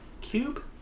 Cube